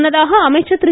முன்னதாக அமைச்சர் திரு